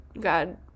God